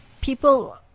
people